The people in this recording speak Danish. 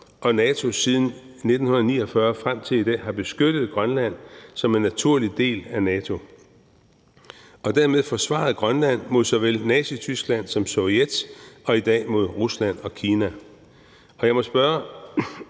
og i NATO siden 1949 og frem til i dag har beskyttet Grønland som en naturlig del af NATO og dermed forsvaret Grønland mod så vel Nazityskland som Sovjet og i dag mod Rusland og Kina. Jeg må spørge: